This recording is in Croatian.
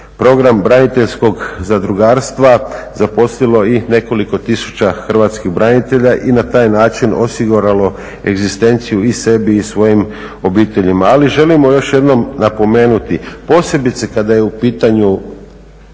program braniteljskog zadrugarstva zaposlilo i nekoliko tisuća hrvatskih branitelja i na taj način osiguralo egzistenciju i sebi i svojim obiteljima. Ali želimo još jednom napomenuti, posebice kada je u pitanju